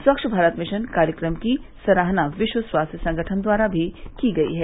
स्वच्छ भारत मिशन कार्यक्रम की सराहना विश्व स्वास्थ्य संगठन द्वारा भी की गई है